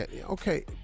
Okay